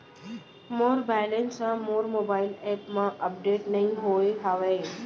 मोर balance हा मोर mobile app मा अपडेट नहीं होय हवे